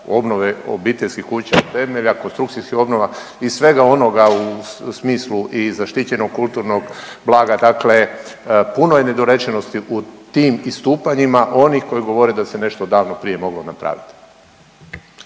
obnove obiteljskih kuća, konstrukcijskih obnova i svega onoga u smislu i zaštićenog kulturnog blaga. Dakle, puno je nedorečenosti u tim istupanjima onih koji govore da se nešto davno prije moglo napravit.